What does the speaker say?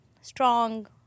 strong